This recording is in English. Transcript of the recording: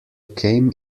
came